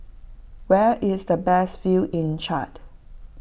where is the best view in Chad